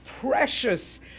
precious